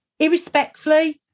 irrespectfully